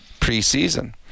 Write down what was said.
preseason